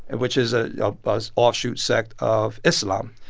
and which is a ah but offshoot sect of islam.